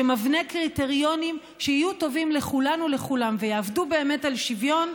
שמבנה קריטריונים שיהיו טובים לכולן ולכולם ויעבדו באמת על שוויון,